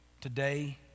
Today